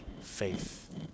faith